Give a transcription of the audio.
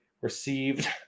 received